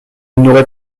n’aurait